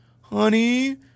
Honey